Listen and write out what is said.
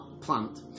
plant